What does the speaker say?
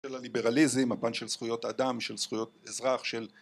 של הליברליזם, הפן של זכויות אדם, של זכויות אזרח, של